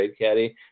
TradeCaddy